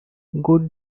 good